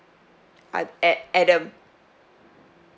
a~ ad~ adam